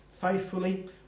faithfully